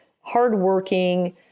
hardworking